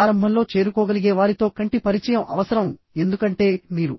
ప్రారంభంలో చేరుకోగలిగే వారితో కంటి పరిచయం అవసరం ఎందుకంటే మీరు